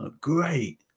Great